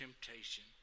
temptation